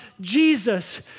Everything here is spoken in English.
Jesus